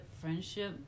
friendship